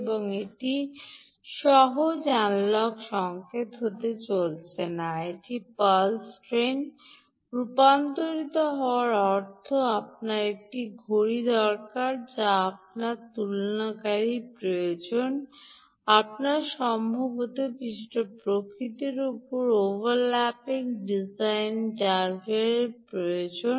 এবং এটি সহজ এনালগ সংকেত হতে চলেছে না একটি পালস ট্রেনে রূপান্তরিত হওয়ার অর্থ আপনার একটি ঘড়ি দরকার যা আপনার তুলনাকারী প্রয়োজন আপনার সম্ভবত কিছু প্রকৃতির অ ওভারল্যাপিং ডিজিটাল ড্রাইভারের দরকার ছিল